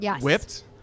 whipped